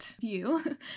view